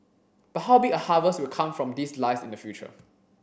but how big a harvest will come from this lies in the future